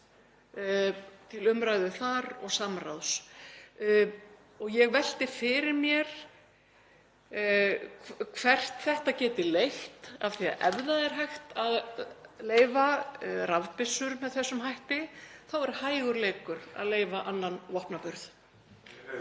til umræðu þar og samráðs. Ég velti fyrir mér hvert þetta gæti leitt, af því að ef hægt er að leyfa rafbyssur með þessum hætti þá er hægur leikur að leyfa annan vopnaburð.